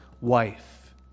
wife